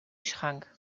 schrank